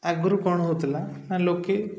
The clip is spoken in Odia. ଆଗରୁ କ'ଣ ହଉଥିଲା ନା ଲୋକେ